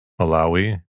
Malawi